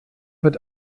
wird